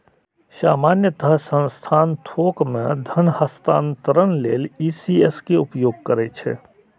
सामान्यतः संस्थान थोक मे धन हस्तांतरण लेल ई.सी.एस के उपयोग करै छै